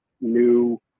new